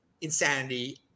insanity